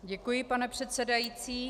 Děkuji, pane předsedající.